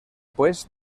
pues